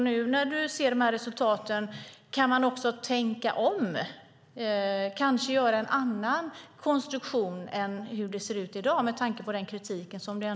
När nu resultaten framgår, är det möjligt att tänka om, kanske göra en annan konstruktion än i dag, med tanke på kritiken?